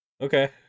Okay